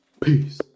peace